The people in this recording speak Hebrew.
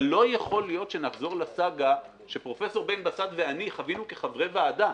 אבל לא יכול להיות שנחזור לסאגה שפרופ' בן בסט ואני חווינו כחברי ועדה,